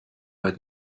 bei